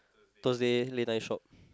Thursday late night shop